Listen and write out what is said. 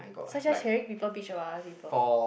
so she was sharing people bitch about other people